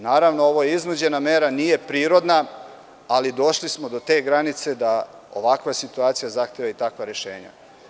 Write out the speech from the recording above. Naravno, ovo je iznuđena mera nije prirodna, ali došli smo do te granice da ovakva situacija zahteva i takva rešenja.